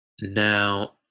Now